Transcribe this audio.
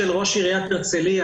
ראש עיריית הרצליה,